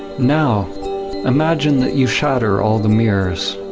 now imagine that you shatter all the mirrors.